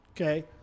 Okay